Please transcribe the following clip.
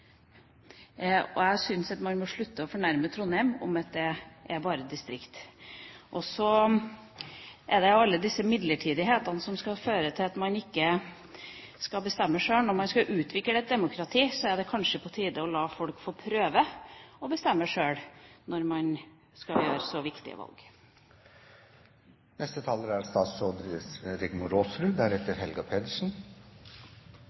Man må slutte å fornærme Trondheim med å si at det er bare et distrikt. Så er det alle disse midlertidighetene som skal føre til at man ikke skal bestemme sjøl. Når man skal utvikle et demokrati, er det kanskje på tide å la folk få prøve å bestemme sjøl når man skal gjøre så viktige valg. Jeg er